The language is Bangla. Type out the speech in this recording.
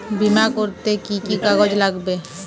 বিমা করতে কি কি কাগজ লাগবে?